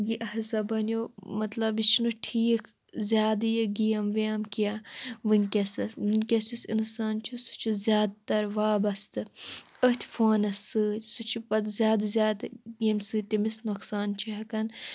یہِ ہَسا بنیو مطلب یہِ چھُنہٕ ٹھیٖک زیادٕ یہِ گیم ویم کیٚنٛہہ وٕنۍکٮ۪سَس وٕنۍکٮ۪س یُس اِنسان چھُ سُہ چھُ زیادٕ تر وابسطہٕ أتھۍ فونَس سۭتۍ سُہ چھُ پتہٕ زیادٕ زیادٕ ییٚمہِ سۭتۍ تٔمس نۄقصان چھُ ہٮ۪کان